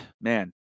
Man